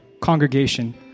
congregation